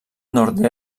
nord